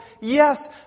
Yes